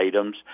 items